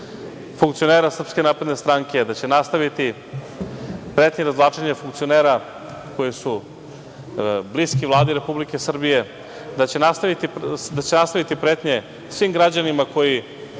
funkcionera SNS, da će nastaviti pretnje i razvlačenje funkcionera koji su bliski Vladi Republike Srbije, da će nastaviti pretnje svim građanima koji